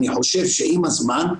אני חושב שעם הזמן,